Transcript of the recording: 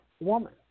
woman